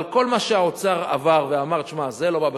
אבל כל מה שהאוצר עבר ואמר: זה לא בא בחשבון,